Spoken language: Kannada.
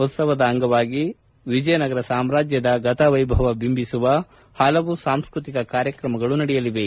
ಉತ್ಸವದ ಅಂಗವಾಗಿ ವಿಜಯನಗರ ಸಾಮ್ರಾಜ್ಯದ ಗತ ವೈಭವ ಬಿಂಬಿಸುವ ಹಲವು ಸಾಂಸ್ಕೃತಿಕ ಕಾರ್ಯಕ್ರಮಗಳು ನಡೆಯಲಿವೆ